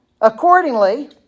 accordingly